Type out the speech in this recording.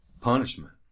punishment